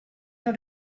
not